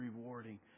rewarding